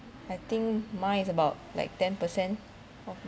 I think mine is about like ten percent